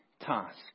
task